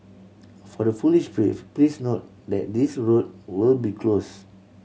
for the foolish brave please note that these road will be closed